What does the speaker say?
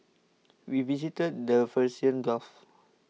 we visited the Persian Gulf